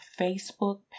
Facebook